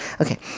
Okay